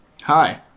Hi